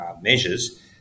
measures